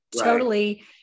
totally-